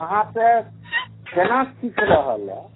अहाँसँ केना सीख रहलए